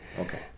Okay